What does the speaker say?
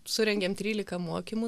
surengėm trylika mokymų